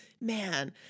man